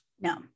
No